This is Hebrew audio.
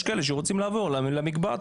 יש כאלה שרוצים לעבור למקבץ,